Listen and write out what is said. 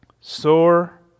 sore